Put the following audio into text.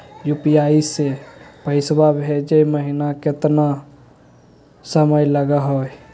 UPI स पैसवा भेजै महिना केतना समय लगही हो?